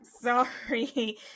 sorry